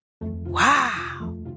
Wow